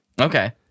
Okay